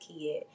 kid